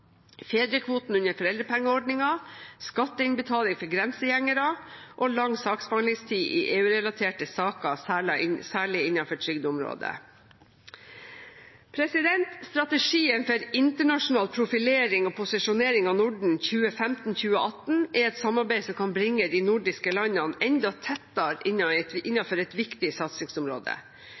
fedrekvoten under foreldrepengeordningen skatteinnbetaling for grensegjengere lang saksbehandlingstid i EU-relaterte saker særlig innen trygdeområdet Strategien for internasjonal profilering og posisjonering av Norden 2015–2018 er et samarbeid som kan bringe de nordiske landene enda tettere innen et viktig satsingsområde.